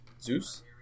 Zeus